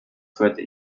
führte